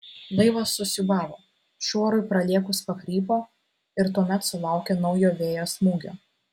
laivas susiūbavo šuorui pralėkus pakrypo ir tuomet sulaukė naujo vėjo smūgio